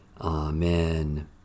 Amen